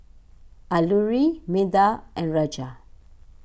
Alluri Medha and Raja